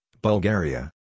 Bulgaria